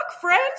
friends